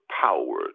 power